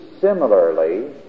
similarly